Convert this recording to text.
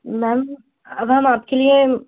ma'am अब हम आपके लिए